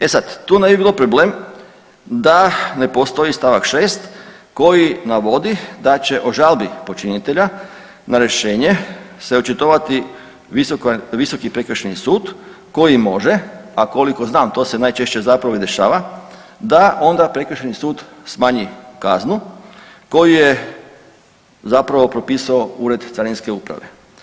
E sad, tu ne bi bio problem da ne postoji stavak 6. koji navodi da će o žalbi počinitelja na rješenje se očitovati Visoki prekršajni sud koji može, a koliko znam to se najčešće zapravo i dešava da onda Prekršajni sud smanji kaznu koju je zapravo propisao Ured carinske uprave.